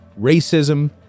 Racism